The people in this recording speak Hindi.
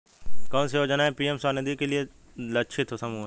कौन सी योजना पी.एम स्वानिधि के लिए लक्षित समूह है?